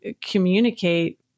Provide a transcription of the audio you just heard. communicate